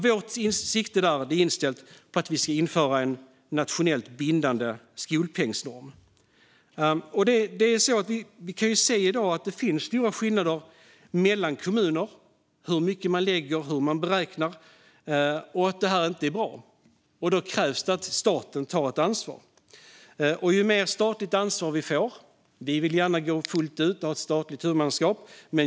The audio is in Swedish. Vårt sikte är inställt på att vi ska införa en nationellt bindande skolpengsnorm. Vi kan ju se i dag att det finns stora skillnader mellan kommuner i fråga om hur mycket man lägger och hur man beräknar och att det inte är bra. Då krävs det att staten tar ett ansvar. Vi vill gärna gå fullt ut och ha ett statligt huvudmannaskap.